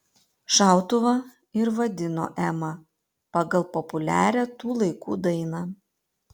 šautuvą ir vadino ema pagal populiarią tų laikų dainą